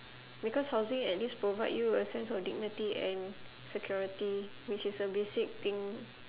because housing at least provide you a sense of dignity and security which is a basic thing